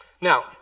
Now